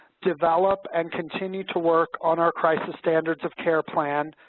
develop and continue to work on our crisis standards of care plan,